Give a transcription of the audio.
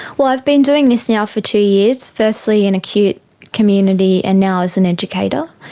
well, i have been doing this now for two years, firstly in acute community, and now as an educator.